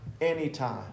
anytime